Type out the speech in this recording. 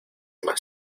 más